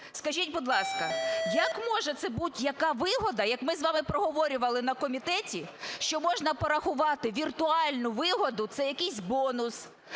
Скажіть, будь ласка, як може це бути яка вигода? Як ми з вами проговорювали на комітеті, що можна порахувати віртуальну вигоду – це якийсь бонус